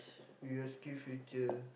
you ask SkillsFuture